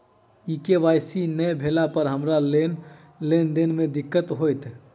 KYC नै भेला पर हमरा लेन देन मे दिक्कत होइत?